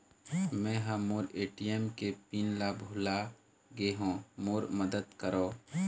मै ह मोर ए.टी.एम के पिन ला भुला गे हों मोर मदद करौ